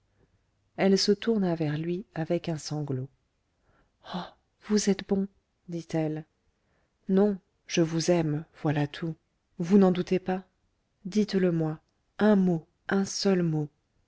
elle se tourna vers lui avec un sanglot oh vous êtes bon dit-elle non je vous aime voilà tout vous n'en doutez pas dites lemoi un mot un seul mot